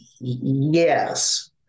yes